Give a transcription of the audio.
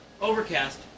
Overcast